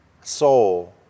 soul